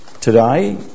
Today